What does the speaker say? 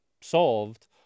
solved